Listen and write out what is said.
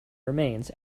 remains